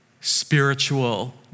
spiritual